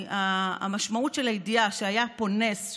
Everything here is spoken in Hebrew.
המשמעות של הידיעה שהיה פה נס,